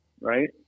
right